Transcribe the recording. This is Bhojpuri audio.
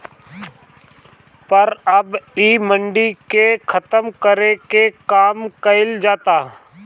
पर अब इ मंडी के खतम करे के काम कइल जाता